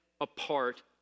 apart